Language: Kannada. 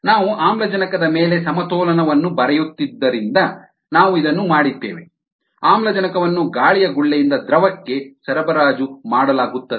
ನಾವು ಆಮ್ಲಜನಕದ ಮೇಲೆ ಸಮತೋಲನವನ್ನು ಬರೆಯುತ್ತಿದ್ದರಿಂದ ನಾವು ಇದನ್ನು ಮಾಡಿದ್ದೇವೆ ಆಮ್ಲಜನಕವನ್ನು ಗಾಳಿಯ ಗುಳ್ಳೆಯಿಂದ ದ್ರವಕ್ಕೆ ಸರಬರಾಜು ಮಾಡಲಾಗುತ್ತದೆ